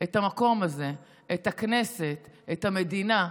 את המקום הזה, את הכנסת, את המדינה,